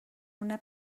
una